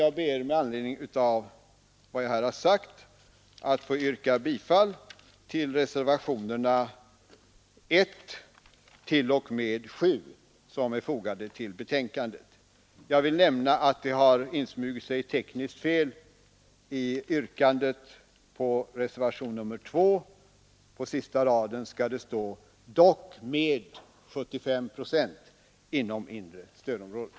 Jag ber med anledning av vad jag här har sagt att få yrka bifall till reservationerna 1—7 som är fogade till betänkandet. Jag vill nämna att det har insmugit sig ett tekniskt fel i yrkandet på reservation nr 2. På sista raden skall det stå: ”——— dock med 75 procent inom inre stödområdet”.